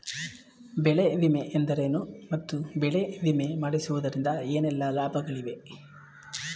ಬೆಳೆ ವಿಮೆ ಎಂದರೇನು ಮತ್ತು ಬೆಳೆ ವಿಮೆ ಮಾಡಿಸುವುದರಿಂದ ಏನೆಲ್ಲಾ ಲಾಭಗಳಿವೆ?